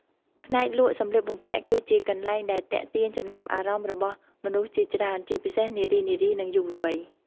ផ្នែកលក់សម្លៀកបំពាក់ គឺជាកន្លែងដែលទាក់ទាញចំណាប់អារម្មណ៍របស់មនុស្សជាច្រើន ជាពិសេសនារីៗ និងយុវវ័យ។